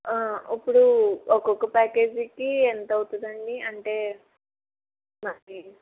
ఇప్పుడు ఒకొక్క ప్యాకేజీకి ఎంత అవుతుందండి అంటే మరి